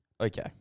Okay